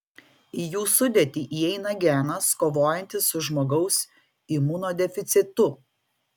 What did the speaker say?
į jų sudėtį įeina genas kovojantis su žmogaus imunodeficitu